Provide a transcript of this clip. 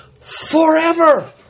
forever